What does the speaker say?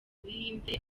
buhinde